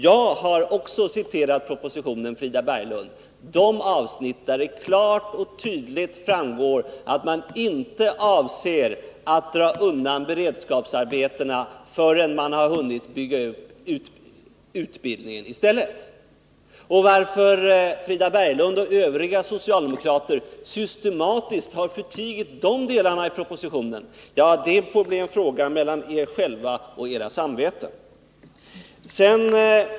Jag har också citerat propositionen, Frida Berglund. Det gäller de avsnitt där det klart och tydligt framgår att man inte avser att dra undan beredskapsarbetena förrän man i stället har hunnit bygga ut utbildningen. Varför Frida Berglund och övriga socialdemokrater systematiskt har förtigit dessa delar av propositionen får bli en fråga mellan dem själva och deras samvete.